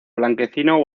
blanquecino